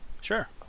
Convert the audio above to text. Sure